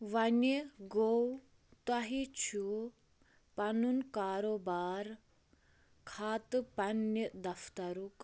وۄنۍ گوٚو تۄہہِ چھو پنُن کاروبار کھاتہٕ پننہِ دفتَرُک